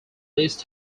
least